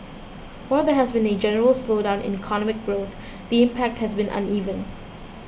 while there has been a general slowdown in economic growth the impact has been uneven